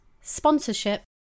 sponsorship